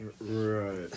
Right